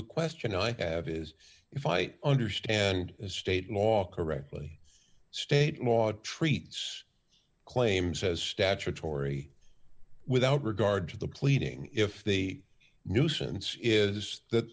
the question i have is if i understand state law correctly state law treats claims as statutory without regard to the pleading if the nuisance is th